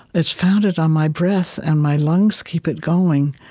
it's founded on my breath, and my lungs keep it going.